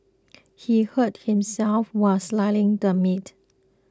he hurt himself while slicing the meat